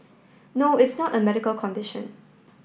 no it's not a medical condition